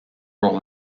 role